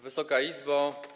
Wysoka Izbo!